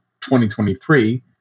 2023